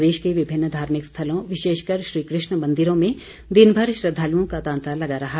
प्रदेश के विभिन्न धार्मिक स्थलों विशेषकर श्रीकृष्ण मंदिरों में दिनभर श्रद्धालुओं का तांता लगा रहा